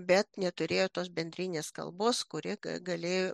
bet neturėjo tos bendrinės kalbos kuri galėjo